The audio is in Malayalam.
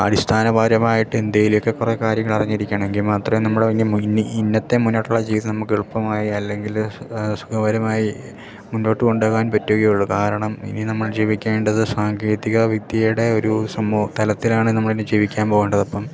അടിസ്ഥാനപരമായിട്ട് ഇന്ത്യയിലൊക്കെ കുറേ കാര്യങ്ങളറിഞ്ഞിരിക്കണമെങ്കിൽ മാത്രമേ നമ്മൾ ഇനി ഇനി ഇന്നത്തെ മുന്നോട്ടുള്ള ജീവിതം നമുക്ക് എളുപ്പമായി അല്ലെങ്കിൽ സുഖകരമായി മുന്നോട്ട് കൊണ്ടുപോകാൻ പറ്റുകയുള്ളു കാരണം ഇനി നമ്മൾ ജീവിക്കേണ്ടത് സാങ്കേതിക വിദ്യയുടെ ഒരു തലത്തിലാണ് നമ്മളിനി ജീവിക്കാൻ പോകേണ്ടതപ്പം